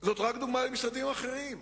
למשרדים אחרים.